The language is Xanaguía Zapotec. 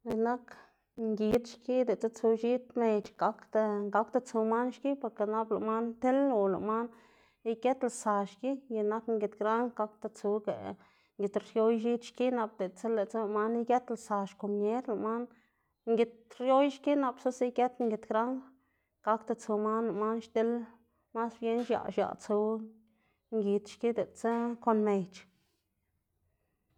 X̱iꞌk nak ngid xki diꞌltsa tsu x̱id mec̲h̲ gakda gakda tsu man xki porke nap lëꞌ man til o lëꞌ man igëtlsa xki, x̱iꞌk nak ngid granj gakda tsuga ngid krioy x̱id xki nap diꞌltsa diꞌltsa lëꞌ man igëtlsa xkomier lëꞌ man. Ngid krioy xki nap xnusa igët ngid granj, gakda tsu man lëꞌ man xdil, mas bien x̱aꞌ x̱aꞌ tsu ngid xki diꞌltsa kon mec̲h̲.